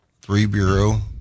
three-bureau